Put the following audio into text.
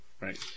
right